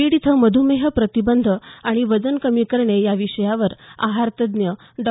बीड इथं मध्मेह प्रतिबंध आणि वजन कमी करणे या विषयावर आहार तज्ज्ञ डॉ